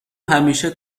همیشه